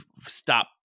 stop